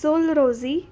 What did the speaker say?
सोलरोझी